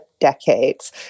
decades